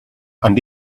and